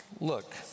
look